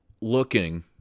looking